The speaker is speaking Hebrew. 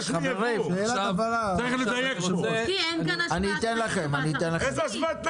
אם המחירים זולים אז למה אתה חושש מיבוא?